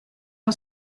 uno